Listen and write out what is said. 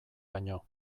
baino